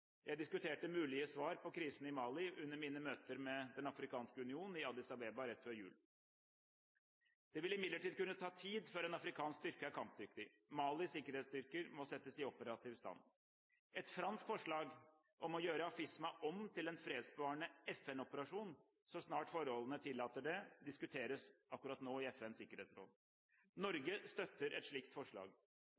Jeg diskuterte mulige svar på krisen i Mali under mine møter med Den afrikanske union i Addis Abeba rett før jul. Det vil imidlertid kunne ta tid før en afrikansk styrke er kampdyktig. Malis sikkerhetsstyrker må settes i operativ stand. Et fransk forslag om å gjøre AFISMA om til en fredsbevarende FN-operasjon så snart forholdene tillater det, diskuteres akkurat nå i FNs